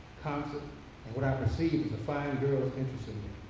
concepts and what i perceived was a fine girl interested in